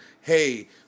hey